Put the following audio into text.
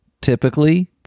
typically